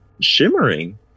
shimmering